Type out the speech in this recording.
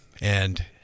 and-